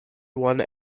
one